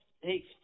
Hey